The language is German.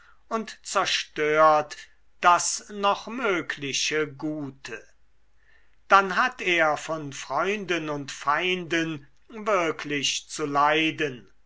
und zerstört das noch mögliche gute dann hat er von freunden und feinden wirklich zu leiden